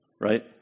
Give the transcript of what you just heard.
Right